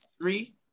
Three